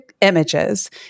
images